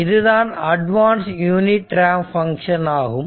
இதுதான் advance unit ramp function ஆகும்